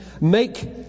Make